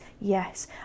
Yes